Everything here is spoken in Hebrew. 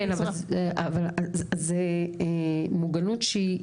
כן, אבל זה מוגנות שהיא,